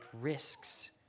risks